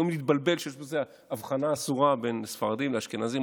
יכולים להתבלבל שיש בזה הבחנה אסורה בין ספרדים לאשכנזים,